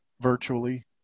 virtually